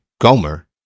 Gomer